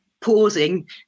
pausing